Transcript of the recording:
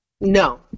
No